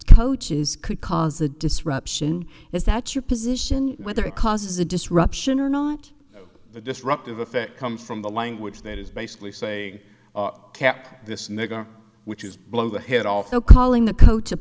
coaches could cause a disruption is that your position whether it causes a disruption or not the disruptive effect come from the language that is basically saying this nigga which is blow the head off so calling the coach